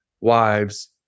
wives